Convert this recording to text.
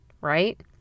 right